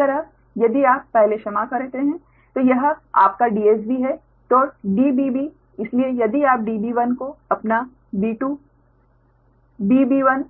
इसी तरह यदि आप पहले क्षमा करते हैं तो यह आपका DSB है तो dbb इसलिए यदि आप db1 को अपना b2 bb1